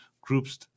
groups